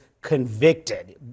convicted